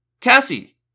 Cassie